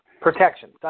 Protection